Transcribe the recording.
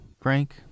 Frank